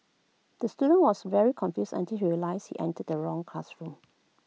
the student was very confused until he realised he entered the wrong classroom